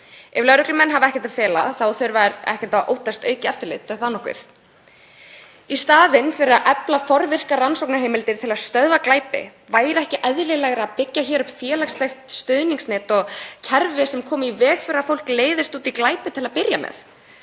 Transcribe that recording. Ef lögreglumenn hafa ekkert að fela þá þurfa þeir ekkert að óttast aukið eftirlit, er það nokkuð? Í staðinn fyrir að efla forvirkar rannsóknarheimildir til að stöðva glæpi, væri ekki eðlilegra að byggja hér upp félagslegt stuðningsnet og kerfi sem kemur í veg fyrir að fólk leiðist út í glæpi til að byrja með?